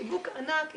חיבוק ענק,